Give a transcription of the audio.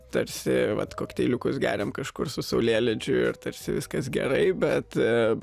tarsi vat kokteiliukus geriam kažkur su saulėlydžiu ir tarsi viskas gerai bet